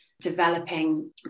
developing